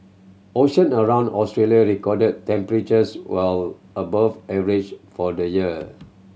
ocean around Australia recorded temperatures well above average for the year